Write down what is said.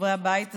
חברי הבית הזה.